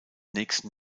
nächsten